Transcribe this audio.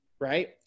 right